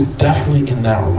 definitely in that